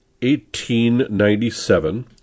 1897